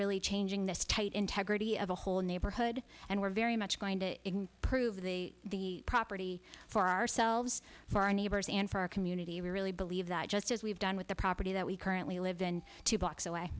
really changing this tight integrity of a whole neighborhood and we're very much going to ignore prove the property for ourselves for our neighbors and for our community we really believe that just as we've done with the property that we currently live two blocks away